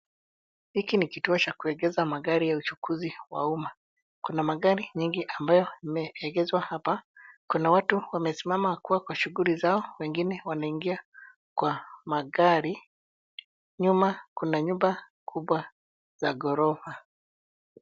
Hiki ni kituo cha kuegesha magari ya uchukuzi wa umma. Kuna magari mingi ambayo imeegesha hapa. Kuna watu wamesimama wakiwa kwa shughuli zao, wengine wameingia kwa magari. Nyuma kuna nyumba kubwa za ghorofa.